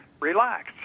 relax